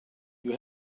you